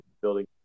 building